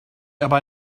aber